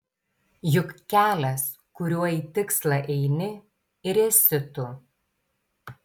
juk kelias kuriuo į tikslą eini ir esi tu